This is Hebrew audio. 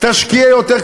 תשקיע יותר,